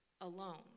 alone